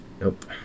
Nope